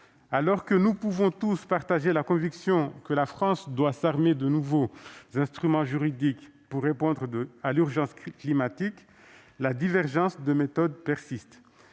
Alors que nous pouvons tous partager la conviction que la France doit s'armer de nouveaux instruments juridiques pour répondre à l'urgence climatique, la divergence de méthode persiste.